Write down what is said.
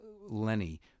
Lenny